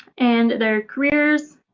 and their careers,